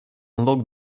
unlock